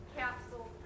capsule